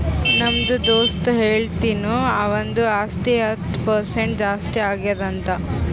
ನಮ್ದು ದೋಸ್ತ ಹೇಳತಿನು ಅವಂದು ಆಸ್ತಿ ಹತ್ತ್ ಪರ್ಸೆಂಟ್ ಜಾಸ್ತಿ ಆಗ್ಯಾದ್ ಅಂತ್